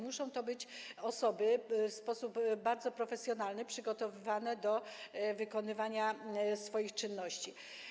Muszą to być osoby w sposób bardzo profesjonalny przygotowane do wykonywania swoich czynności.